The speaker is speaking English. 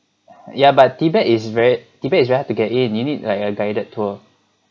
ya but tibet is ver~ tibet is very hard to get in you need like a guided tour